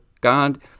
God